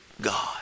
God